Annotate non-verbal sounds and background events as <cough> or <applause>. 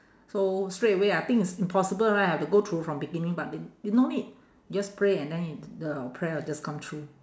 so straight away I think it's impossible right I have to go through from beginning but it it no need just pray and then <noise> the prayer will just come true